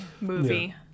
movie